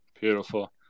Beautiful